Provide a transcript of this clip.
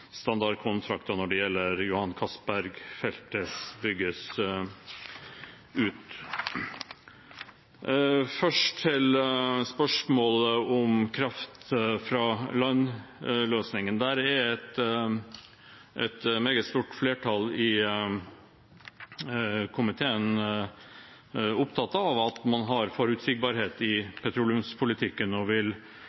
Johan Castberg-feltet bygges ut. Først til spørsmålet om kraft fra land-løsningen. Et meget stort flertall i komiteen er opptatt av at man har forutsigbarhet i